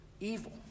evil